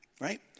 right